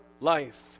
life